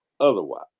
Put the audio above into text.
otherwise